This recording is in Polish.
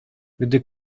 gdy